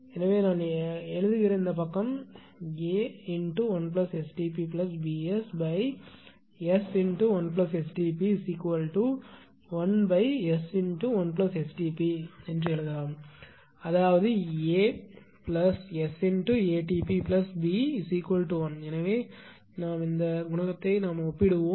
எனவே நான் எழுதுகிற இந்தப் பக்கம் A1STpBSS1STp1S1STp என்று எழுதலாம் அதாவது ASATpB1 எனவே நாம் குணகத்தை ஒப்பிடுவோம்